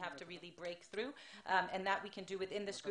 נוכל לשתף פעולה ולזהות נקודות של שיתוף